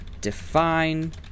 Define